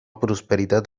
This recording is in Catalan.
prosperitat